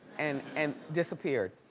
and and disappeared.